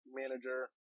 manager